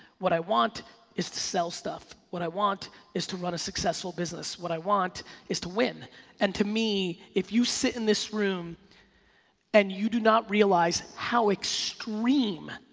what i want is to sell stuff. what i want is to run a successful business. what i want is to win and to me if you sit in this room and you do not realize how extreme